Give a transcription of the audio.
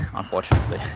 unfortunately